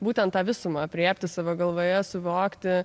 būtent tą visumą aprėpti savo galvoje suvokti